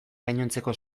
gainontzeko